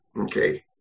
Okay